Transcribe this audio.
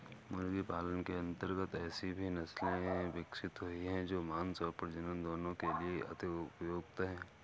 मुर्गी पालन के अंतर्गत ऐसी भी नसले विकसित हुई हैं जो मांस और प्रजनन दोनों के लिए अति उपयुक्त हैं